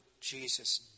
Jesus